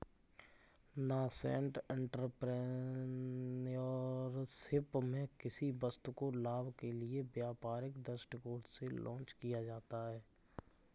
nascent entrepreneurship में किसी वस्तु को लाभ के लिए व्यापारिक दृष्टिकोण से लॉन्च किया जाता है